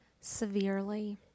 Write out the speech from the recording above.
severely